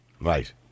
Right